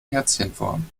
herzchenform